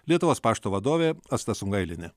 lietuvos pašto vadovė asta sungailienė